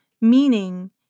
meaning